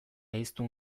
hiztun